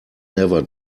never